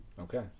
Okay